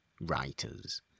writers